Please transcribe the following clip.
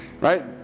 right